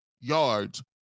yards